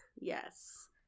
yes